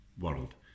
world